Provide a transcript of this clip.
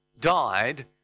died